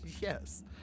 Yes